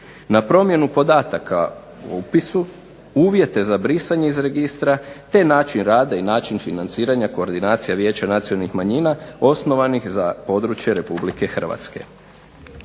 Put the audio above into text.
na promjenu podataka o upisu, uvjete za brisanje iz registra, te način rada i način financiranja koordinacija Vijeća nacionalnih manjina osnovanih za područje Republike Hrvatske.